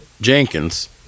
Jenkins